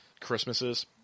Christmases